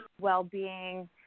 well-being